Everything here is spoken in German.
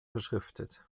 beschriftet